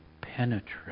penetrate